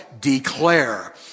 declare